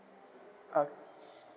orh